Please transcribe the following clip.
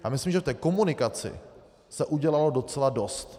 Já myslím, že v té komunikaci se udělalo docela dost.